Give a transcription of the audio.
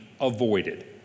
avoided